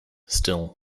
still